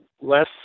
less